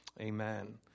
amen